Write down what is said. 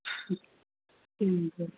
ٹھیک ہے